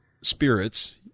spirits